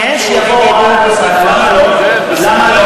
כן, שיבואו, למה לא?